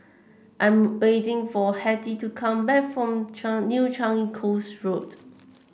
I am waiting for Hetty to come back from New Changi Coast Road